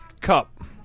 cup